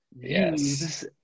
Yes